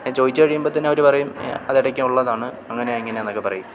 ചോദിച്ചു കഴിയുമ്പോൾ തന്നെ അവർ പറയും അതിടയ്ക്കുള്ളതാണ് അങ്ങനെയാണ് ഇങ്ങനെയാണെന്നൊക്കെ പറയും